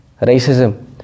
racism